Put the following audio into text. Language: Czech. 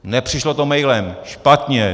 Nepřišlo to mailem. Špatně.